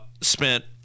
Spent